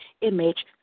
image